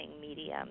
medium